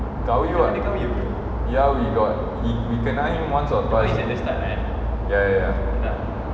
we got we kena him once or twice ya ya ya